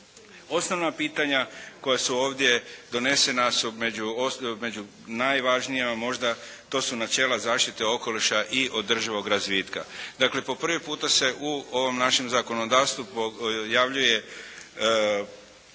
Osnovna pitanja koja su ovdje donesena su među najvažnijima možda to su načela zaštite okoliša i održivog razvitka. Dakle, po prvi puta se u ovom našem zakonodavstvu se pojavljuje